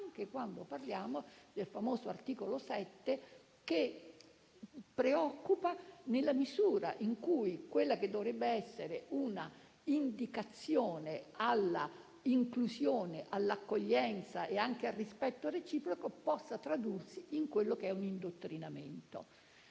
anche quando parliamo del famoso articolo 7, che preoccupa nella misura in cui quella che dovrebbe essere un'indicazione all'inclusione, all'accoglienza e anche al rispetto reciproco possa tradursi in un indottrinamento.